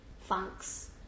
funks